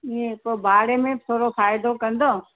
ईअं पोइ भाड़े में थोरो फ़ाइदो कंदाव